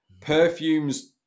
perfumes